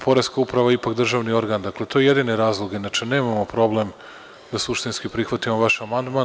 Poreska uprava je ipak državni ogran, tako da je to jedini razlog, inače nemamo problem da suštinski prihvatimo vaš amandman.